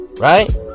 right